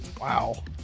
wow